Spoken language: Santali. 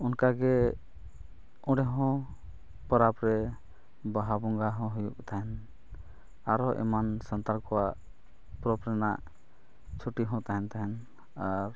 ᱚᱱᱠᱟ ᱜᱮ ᱚᱸᱰᱮ ᱦᱚᱸ ᱯᱚᱨᱚᱵᱽ ᱨᱮ ᱵᱟᱦᱟ ᱵᱚᱸᱜᱟ ᱦᱚᱸ ᱦᱩᱭᱩᱜ ᱛᱟᱦᱮᱱ ᱟᱨᱦᱚᱸ ᱮᱢᱟᱱ ᱥᱟᱱᱛᱟᱲ ᱠᱚᱣᱟᱜ ᱯᱚᱨᱚᱵᱽ ᱨᱮᱱᱟᱜ ᱪᱷᱩᱴᱤ ᱦᱚᱸ ᱛᱟᱦᱮᱱ ᱛᱟᱦᱮᱸᱫ ᱟᱨ